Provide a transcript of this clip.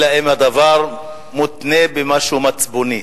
אלא אם כן הדבר מותנה במשהו מצפוני,